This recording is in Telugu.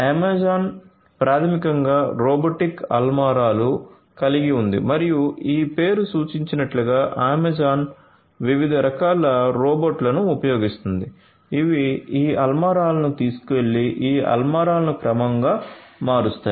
అమెజాన్ ప్రాథమికంగా రోబోటిక్ అల్మారాలు కలిగి ఉంది మరియు ఈ పేరు సూచించినట్లుగా అమెజాన్ వివిధ రకాల రోబోట్లను ఉపయోగిస్తుంది ఇవి ఈ అల్మారాలను తీసుకువెళ్ళి ఈ అల్మారాలను క్రమాన్ని మారుస్తాయి